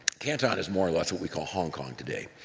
canton is more or less what we call hong kong today,